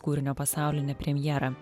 kūrinio pasaulinė premjera